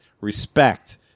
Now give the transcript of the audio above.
respect